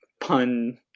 pun